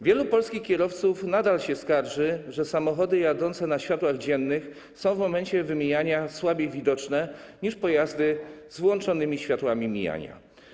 Wielu polskich kierowców nadal się skarży, że samochody jadące na światłach dziennych są w momencie wymijania słabiej widoczne niż pojazdy z włączonymi światłami mijania.